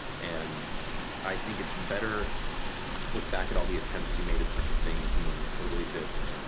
and i think it's better to look back at all the attempts you made at certain things, and then totally biffed,